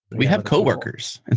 we have coworkers. and